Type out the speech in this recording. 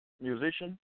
Musician